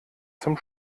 zum